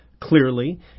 Clearly